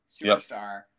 Superstar